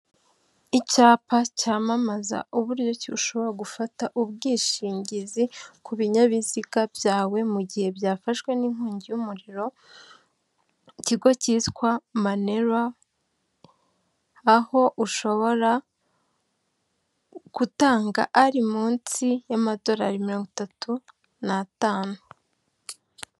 Icyapa cyamamaza uburyo ki ushobora gufata ubwishingizi ku binyabiziga byawe mu gihe byafashwe n'inkongi y'umuriro, ikigo kitwa MANERA aho ushobora gutanga ari munsi y'amadorari mirongo itatu n'atanu.